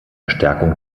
stärkung